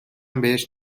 بهش